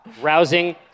rousing